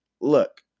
look